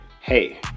hey